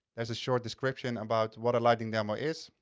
there's a short description about what a lightning demo is.